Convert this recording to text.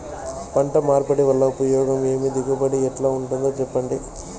పంట మార్పిడి వల్ల ఉపయోగం ఏమి దిగుబడి ఎట్లా ఉంటుందో చెప్పండి?